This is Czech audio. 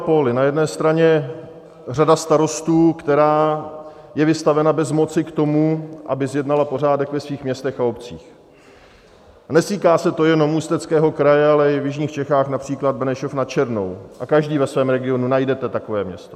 Na jedné straně řada starostů, která je vystavena bezmoci k tomu, aby zjednala pořádek ve svých městech a obcích, a netýká se to jenom Ústeckého kraje, ale i v jižních Čechách, například Benešov nad Černou, a každý ve svém regionu najdete takové město.